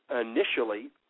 initially